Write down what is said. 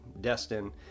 Destin